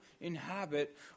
inhabit